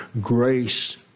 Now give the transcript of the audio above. grace